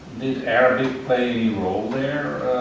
did arabic play any role there?